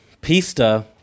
Pista